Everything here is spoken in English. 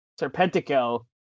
Serpentico